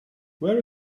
where